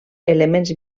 elements